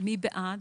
מי בעד?